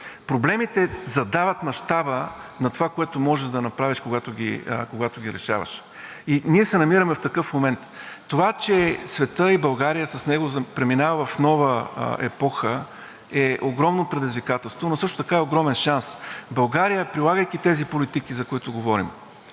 Проблемите задават мащаба на това, което може да направиш, когато ги решаваш. Ние се намираме в такъв момент. Това, че светът и България с него преминава в нова епоха, е огромно предизвикателство, но също така е огромен шанс. България, прилагайки тези политики, за които говорим,